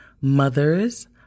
mothers